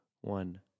one